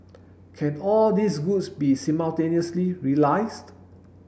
can all these goods be simultaneously realised